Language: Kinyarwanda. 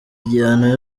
gihano